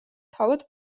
თავად